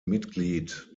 mitglied